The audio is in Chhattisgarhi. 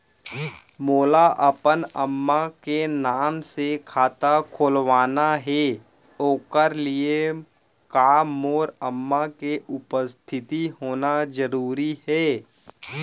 मोला अपन अम्मा के नाम से खाता खोलवाना हे ओखर लिए का मोर अम्मा के उपस्थित होना जरूरी हे?